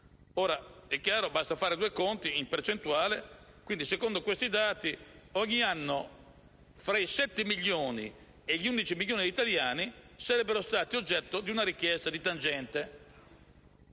Ora è chiaro, basta fare due conti in percentuale e secondo questi dati, ogni anno, fra i 7 e gli 11 milioni di italiani sarebbero oggetto di una richiesta di tangente.